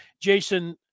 Jason